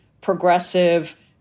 progressive